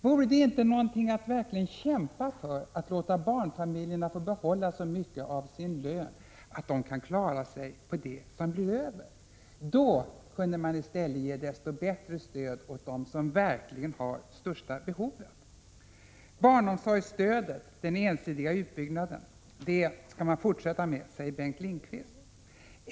Vore det inte någonting att verkligen kämpa för att låta barnfamiljerna få behålla så mycket av sin lön att de klarar sig på det som blir över? Då kunde man i stället ge desto bättre stöd åt dem som verkligen har de största behoven. Den ensidiga utbyggnaden av barnomsorgsstödet skall man fortsätta med, säger Bengt Lindqvist.